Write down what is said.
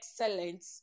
excellent